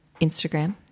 Instagram